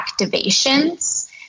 activations